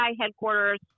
headquarters